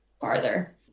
farther